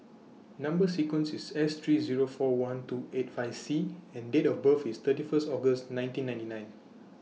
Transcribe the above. Number sequence IS S three Zero four one two eight five C and Date of birth IS thirty First August nineteen ninety nine